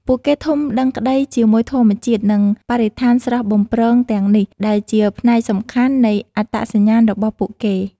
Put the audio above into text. ពួកគេធំដឹងក្តីជាមួយធម្មជាតិ និងបរិស្ថានស្រស់បំព្រងទាំងនេះ ដែលជាផ្នែកសំខាន់នៃអត្តសញ្ញាណរបស់ពួកគេ។